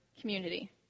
community